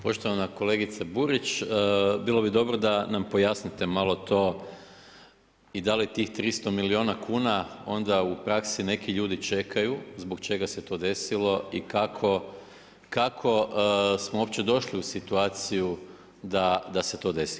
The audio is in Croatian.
Poštovana kolegice Burić, bilo bi dobro da nam pojasnite malo to i da li tih 300 milijuna kuna onda u praksi neki ljudi čekaju zbog čega se to desilo i kako smo uopće došli u situaciju da se to desi.